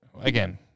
again